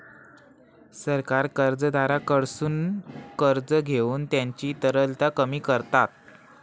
सरकार कर्जदाराकडसून कर्ज घेऊन त्यांची तरलता कमी करता